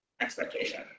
expectation